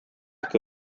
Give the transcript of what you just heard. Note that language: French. que